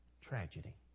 tragedy